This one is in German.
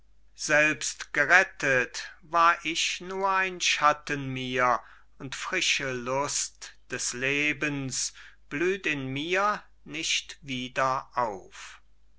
selbst gerettet war ich nur ein schatten mir und frische lust des lebens blüht in mir nicht wieder auf